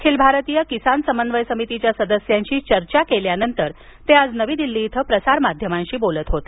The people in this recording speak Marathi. अखिल भारतीय किसान समन्वय समितीच्या सदस्यांशी चर्चा केल्यानंतर ते आज नवी दिल्ली इथं प्रसारमाध्यमांशी बोलत होते